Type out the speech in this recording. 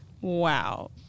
Wow